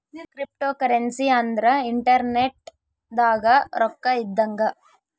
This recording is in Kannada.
ಕ್ರಿಪ್ಟೋಕರೆನ್ಸಿ ಅಂದ್ರ ಇಂಟರ್ನೆಟ್ ದಾಗ ರೊಕ್ಕ ಇದ್ದಂಗ